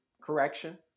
correction